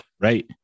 Right